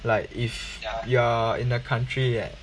like if you're in the country that